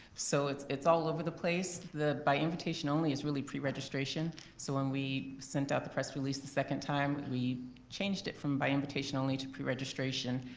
so it's it's all over the place, the by invitation only is really preregistration so when we sent out the press release the second time, we changed it from by invitation only to preregistration.